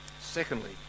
Secondly